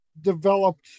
developed